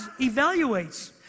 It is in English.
evaluates